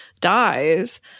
dies